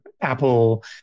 Apple